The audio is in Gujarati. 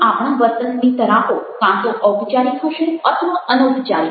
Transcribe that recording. પરંતુ આપણા વર્તનની તરાહો કાં તો ઔપચારિક હશે અથવા અનૌપચારિક